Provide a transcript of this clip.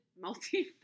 multifaceted